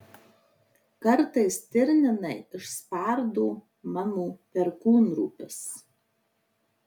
kartais stirninai išspardo mano perkūnropes